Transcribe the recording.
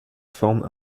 forme